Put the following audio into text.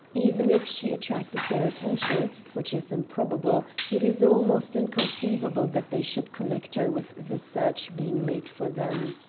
even if she attracted their attention, which is improbable, it is almost inconceivable that they should connect her with the search being made for them.